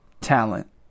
talent